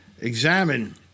examine